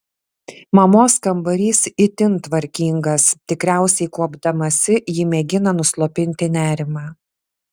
mamos kambarys itin tvarkingas tikriausiai kuopdamasi ji mėgina nuslopinti nerimą